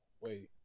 wait